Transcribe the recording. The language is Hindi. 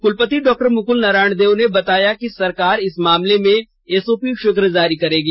कुलपति डॉ मुकुल नारायण देव ने बताया कि सरकार इस मामले में एसओपी शीघ्र जारी करेगी